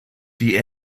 die